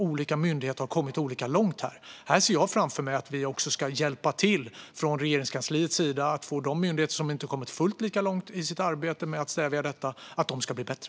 Olika myndigheter har här kommit olika långt, och jag ser därför framför mig att Regeringskansliet ska hjälpa de myndigheter som inte har kommit fullt lika långt i sitt arbete med att stävja detta att bli bättre.